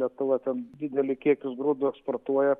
lietuva ten didelį kiekį grūdų eksportuoja